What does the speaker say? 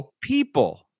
people